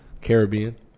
Caribbean